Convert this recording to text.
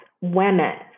women